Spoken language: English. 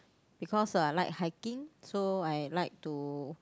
because uh I like hiking so I like to